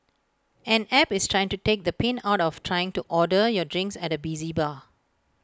an app is trying to take the pain out of trying to order your drinks at A busy bar